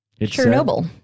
Chernobyl